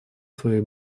свое